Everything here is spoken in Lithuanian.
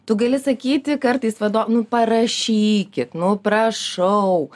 tu gali sakyti kartais vado nu parašykit nu prašau